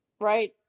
right